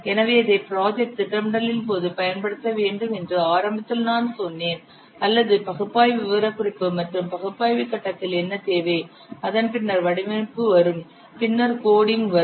எனவே இதை ப்ராஜெக்ட் திட்டமிடலின் போது பயன்படுத்த வேண்டும் என்று ஆரம்பத்தில் நான் சொன்னேன் அல்லது பகுப்பாய்வு விவரக்குறிப்பு மற்றும் பகுப்பாய்வு கட்டத்தில் என்ன தேவை அதன் பின்னர் வடிவமைப்பு வரும் பின்னர் கோடிங் வரும்